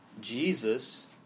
Jesus